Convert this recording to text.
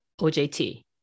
OJT